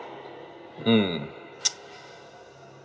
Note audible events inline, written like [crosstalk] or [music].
mm [noise]